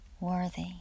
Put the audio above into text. worthy